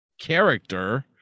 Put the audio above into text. character